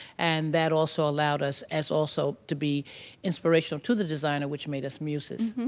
and that also allowed us as also to be inspirational to the designer which made us muses.